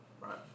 Right